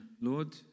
Lord